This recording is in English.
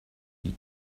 you